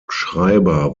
schreiber